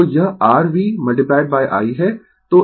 तो यह r v i है